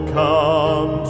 come